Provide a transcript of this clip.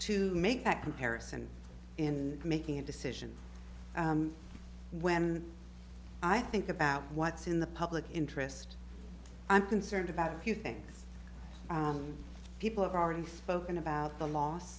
to make that comparison in making a decision when i think about what's in the public interest i'm concerned about a few things people have already spoken about the loss